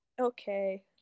Okay